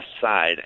side